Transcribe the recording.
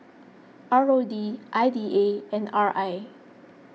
R O D I D A and R I